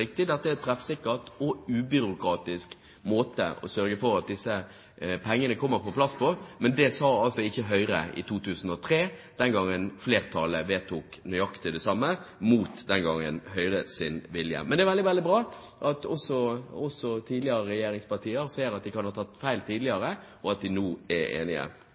treffsikkert og en ubyråkratisk måte å sørge for at disse pengene kommer på plass på. Men det sa altså ikke Høyre i 2003, den gang flertallet vedtok nøyaktig det samme mot Høyres vilje. Det er veldig bra at også tidligere regjeringspartier ser at de kan ha tatt feil tidligere, og at de nå er enige.